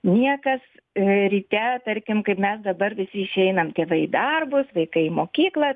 niekas ryte tarkim kaip mes dabar visi išeinam tėvai į darbus vaikai į mokyklą